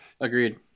Agreed